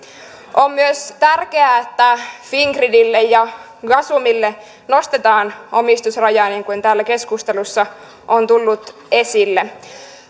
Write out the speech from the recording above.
on myös tärkeää että fingridille ja gasumille nostetaan omistusrajaa niin kuin täällä keskustelussa on tullut esille